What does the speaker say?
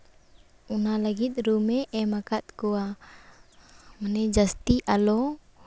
ᱚᱱᱟ ᱞᱟᱹᱜᱤᱫ ᱨᱩᱢᱮ ᱮᱢᱟᱠᱟᱫ ᱠᱚᱣᱟ ᱩᱱᱤ ᱡᱟᱹᱥᱛᱤ ᱟᱞᱚ